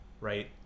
right